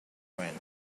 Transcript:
friend